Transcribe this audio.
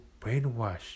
brainwashed